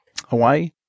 Hawaii